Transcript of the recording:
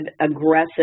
aggressive